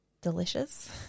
Delicious